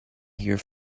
here